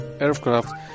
aircraft